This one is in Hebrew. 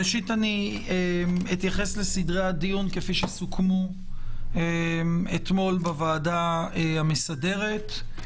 ראשית אתייחס לסדרי הדיון כפי שסוכמו אתמול בוועדה המסדרת,